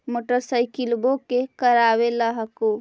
मोटरसाइकिलवो के करावे ल हेकै?